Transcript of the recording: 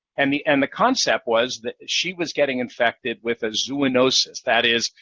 and the and the concept was that she was getting infected with a zoonosis, that is,